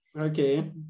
Okay